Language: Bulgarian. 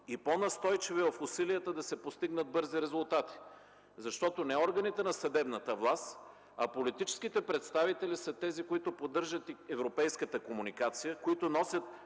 и по-настойчиви в усилията да се постигнат бързи резултати. Защото не органите на съдебната власт, а политическите представители са тези, които поддържат европейската комуникация и носят